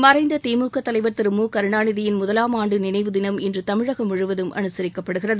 மறைந்த திமுக தலைவர் திரு மு கருணாநிதியின் முதலாம் ஆண்டு நினைவு தினம் இன்று தமிழகம் முழுவதும் அனுசரிக்கப்படுகிறது